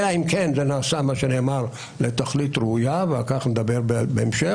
אלא אם כן זה נעשה לתכלית ראויה ועל כך נדבר בהמשך.